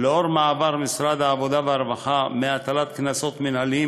לאור מעבר משרד העבודה וההרווחה מהטלת קנסות מינהליים